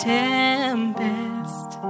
tempest